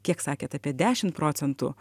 kiek sakėt apie dešimt procentų